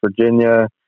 Virginia